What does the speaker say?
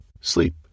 sleep